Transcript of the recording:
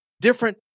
different